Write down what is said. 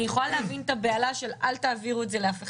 אני יכולה להבין את הבהלה של אל תעבירו את זה לאף אחד,